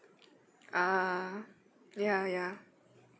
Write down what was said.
ah ya ya